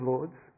Lords